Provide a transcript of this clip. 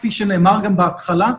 כפי שנאמר גם בהתחלה,